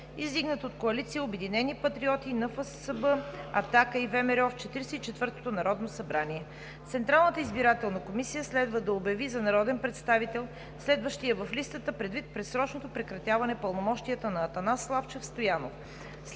издигнат от коалиция „Обединени патриоти – НФСБ, АТАКА и ВМРО“ в 44-тото Народно събрание. Централната избирателна комисия следва да обяви за народен представител следващия в листата предвид предсрочното прекратяване пълномощията на Атанас Славчев Стоянов.